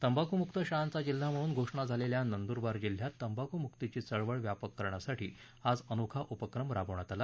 तंबाखुमुक्त शाळांचा जिल्हा म्हणून घोषणा झालेल्या नंद्रबार जिल्ह्यात तंबाखुमुकीची चळवळ व्यापक करण्यासाठी आज अनोखा उपक्रम राबवण्यात आला